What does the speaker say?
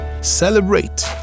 Celebrate